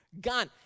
gone